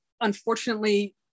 unfortunately